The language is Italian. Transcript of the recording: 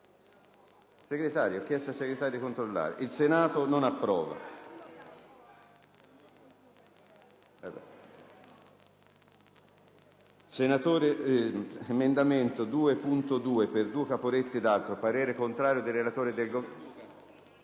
**Il Senato non approva.**